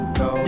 go